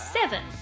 Seven